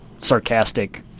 sarcastic